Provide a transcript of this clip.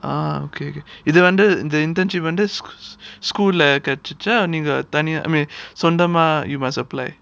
ah okay okay இதுல வந்து இந்த:ithula vanthu intha the internship under school or attached நீங்க தனியா:neenga thaniyaa I mean சொந்தமா:sonthamaa you must apply